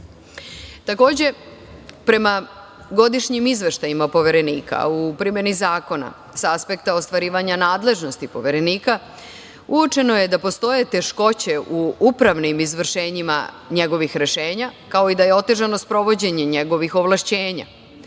prema godišnjim izveštajima Poverenika u primeni zakona sa aspekta ostvarivanja nadležnosti Poverenika, uočeno je da postoje teškoće u upravnim izvršenjima njegovih rešenja, kao i da je otežano sprovođenje njegovih ovlašćenja.